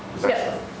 Yes